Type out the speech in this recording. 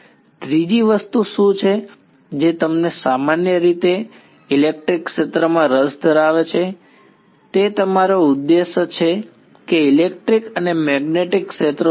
ત્રીજી વસ્તુ શું છે જે તમને સામાન્ય રીતે ઇલેક્ટ્રિક ક્ષેત્રમાં રસ ધરાવે છે તે અમારો ઉદ્દેશ છે કે ઇલેક્ટ્રિક અને મેગ્નેટીક ક્ષેત્રો શોધો